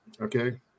okay